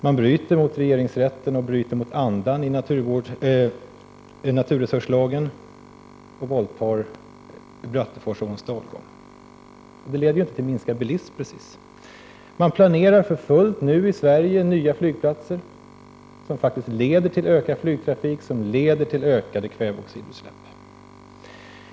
Man bryter mot regeringsrättens utslag, man bryter mot andan i naturresurslagen och våldtar Bratteforsåns dalgång. Det leder ju inte precis till minskad bilism. Man planerar nu i Sverige för fullt nya flygplatser, som faktiskt leder till ökad flygtrafik och till ökade kväveoxidutsläpp.